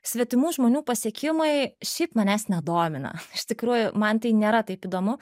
svetimų žmonių pasiekimai šiaip manęs nedomina iš tikrųjų man tai nėra taip įdomu